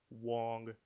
Wong